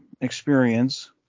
experience